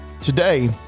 Today